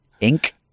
Ink